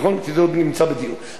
זה עוד נמצא בדיון.